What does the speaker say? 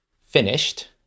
finished